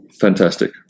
Fantastic